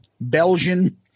Belgian